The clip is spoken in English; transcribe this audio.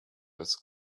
was